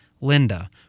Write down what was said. Linda